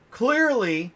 clearly